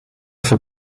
für